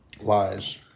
lies